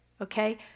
okay